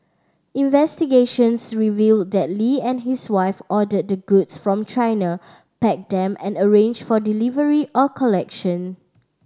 investigations revealed that Lee and his wife ordered the goods from China packed them and arranged for delivery or collection